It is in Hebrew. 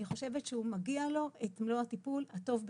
אני חושבת שמגיע לו את מלוא הטיפול הטוב ביותר.